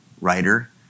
writer